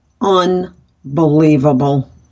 unbelievable